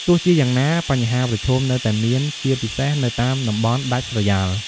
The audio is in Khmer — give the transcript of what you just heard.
ទោះជាយ៉ាងណា បញ្ហាប្រឈមនៅតែមានជាពិសេសនៅតាមតំបន់ដាច់ស្រយាល។